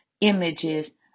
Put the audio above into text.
images